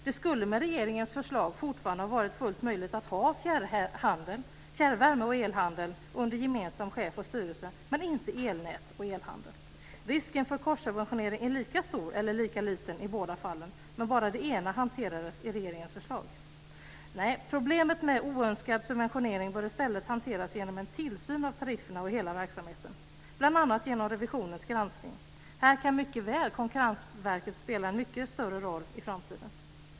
Det skulle med regeringens förslag fortfarande ha varit fullt möjligt att ha fjärrvärme och elhandel under gemensam chef och styrelse, men inte elnät och elhandel. Risken för korssubventionering är lika stor eller lika liten i båda fallen, men bara det ena hanteras i regeringens förslag. Problemet med oönskad subventionering bör i stället hanteras genom en tillsyn av tarifferna och hela verksamheten, bl.a. genom revisionens granskning. Här kan mycket väl Konkurrensverket spela en mycket större roll i framtiden.